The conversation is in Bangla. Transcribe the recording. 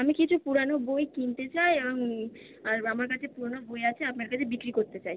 আমি কিছু পুরানো বই কিনতে চাই আর আমার কাছে পুরোনো বই আছে আপনার কাছে বিক্রি করতে চাই